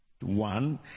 One